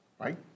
right